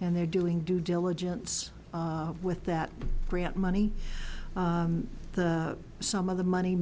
and they're doing due diligence with that grant money some of the money